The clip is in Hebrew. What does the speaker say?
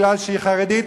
מפני שהיא חרדית,